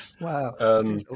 Wow